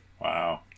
wow